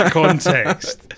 context